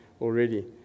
already